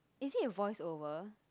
is it a voice-over